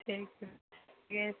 ठीक अछि